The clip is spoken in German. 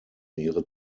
ihre